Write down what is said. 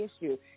issue